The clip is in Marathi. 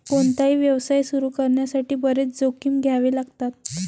कोणताही व्यवसाय सुरू करण्यासाठी बरेच जोखीम घ्यावे लागतात